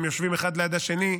הם יושבים אחד ליד השני,